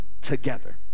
together